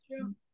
true